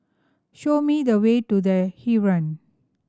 show me the way to The Heeren